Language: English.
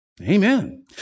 Amen